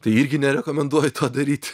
tai irgi nerekomenduoju to daryt